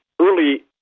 early